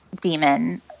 demon